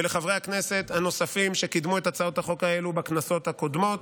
ולחברי הכנסת הנוספים שקידמו את הצעות החוק האלה בכנסות הקודמות.